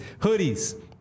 hoodies